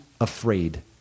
afraid